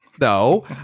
No